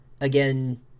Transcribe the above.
again